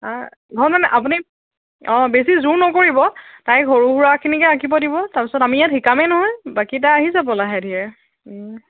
নহয় মানে আপুনি অঁ বেছি জোৰ নকৰিব তাইক সৰু সুৰাখিনিকে আঁকিব দিব তাৰপিছত আমি ইয়াত শিকামেই নহয় বাকী তাইৰ আহি যাব লাহে ধীৰে